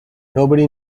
nobody